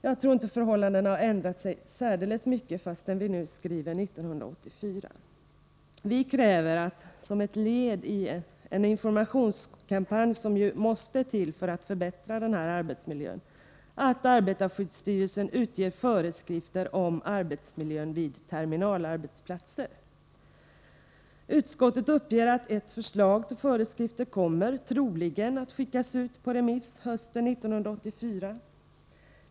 Jag tror inte förhållandena har ändrat sig fastän vi nu skriver 1984. Vi kräver att som ett led i den informationskampanj som ju måste till för att förbättra arbetsmiljön, att arbetarskyddsstyrelsen utger föreskrifter om arbetsmiljön vid terminalarbetsplatser. Utskottet uppger att ett förslag till föreskrifter troligen kommer att skickas ut på remiss hösten 1984.